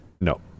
no